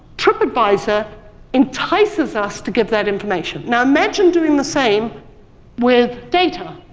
tripadvisor entices us to give that information. now imagine doing the same with data.